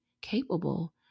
capable